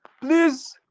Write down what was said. Please